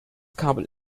kabel